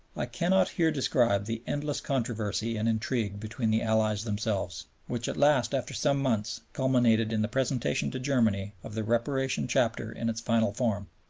i cannot here describe the endless controversy and intrigue between the allies themselves, which at last after some months culminated in the presentation to germany of the reparation chapter in its final form.